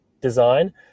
design